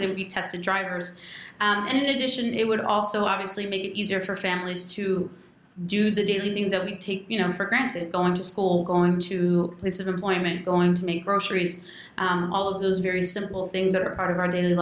you tested drivers and in addition it would also obviously make it easier for families to do the daily things that we take for granted going to school going to place of employment going to make groceries all of those very simple things that are part of our daily